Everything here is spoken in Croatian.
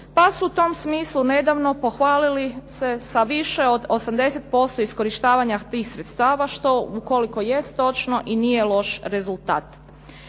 pa su u tom smislu nedavno pohvalili se sa više od 80% iskorištavanja tih sredstava što ukoliko jest točno i nije loš rezultat.